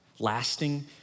lasting